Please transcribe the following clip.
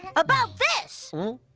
about this!